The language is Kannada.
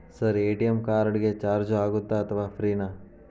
ಸರ್ ಎ.ಟಿ.ಎಂ ಕಾರ್ಡ್ ಗೆ ಚಾರ್ಜು ಆಗುತ್ತಾ ಅಥವಾ ಫ್ರೇ ನಾ?